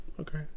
Okay